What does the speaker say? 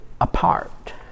apart